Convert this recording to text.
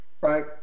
Right